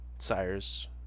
sires